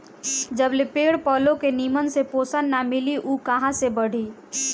जबले पेड़ पलो के निमन से पोषण ना मिली उ कहां से बढ़ी